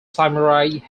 samurai